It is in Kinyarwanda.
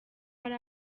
hari